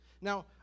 Now